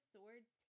Swords